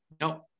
no